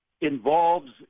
involves